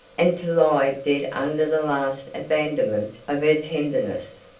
and to lie dead under the last abandonment of her tenderness.